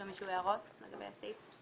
יש למישהו הערות לגבי הסעיף?